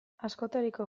askotariko